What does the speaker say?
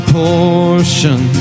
portion